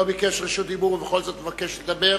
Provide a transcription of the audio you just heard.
ביקש רשות דיבור ובכל זאת מבקש לדבר?